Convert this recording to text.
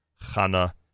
Hannah